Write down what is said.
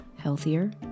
healthier